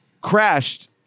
crashed